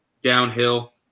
downhill